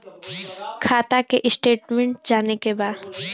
खाता के स्टेटमेंट जाने के बा?